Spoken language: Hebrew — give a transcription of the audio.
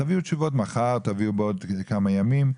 תביאו תשובות מחר, תביאו בעוד כמה ימים.